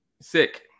Sick